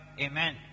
Amen